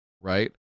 right